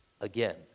again